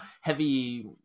heavy